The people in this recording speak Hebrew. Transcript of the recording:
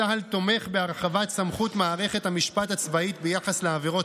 צה"ל תומך בהרחבת סמכות מערכת המשפט הצבאית ביחס לעבירות